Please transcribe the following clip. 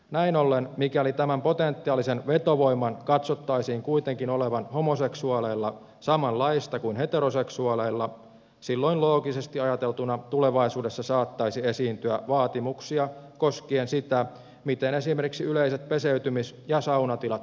näin ollen mikäli tämän potentiaalisen vetovoiman katsottaisiin kuitenkin olevan homoseksuaaleilla samanlaista kuin heteroseksuaaleilla silloin loogisesti ajateltuna tulevaisuudessa saattaisi esiintyä vaatimuksia koskien sitä miten esimerkiksi yleiset peseytymis ja saunatilat järjestetään